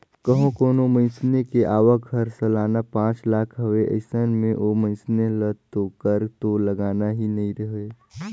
कंहो कोनो मइनसे के आवक हर सलाना पांच लाख हवे अइसन में ओ मइनसे ल तो कर तो लगना ही नइ हे